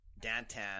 Dantan